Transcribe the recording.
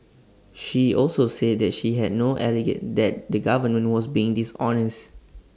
she also said that she had not alleged that the government was being dishonest